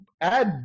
add